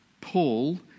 Paul